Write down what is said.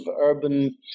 urban